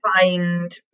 find